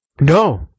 No